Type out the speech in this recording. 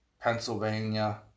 Pennsylvania